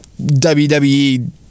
WWE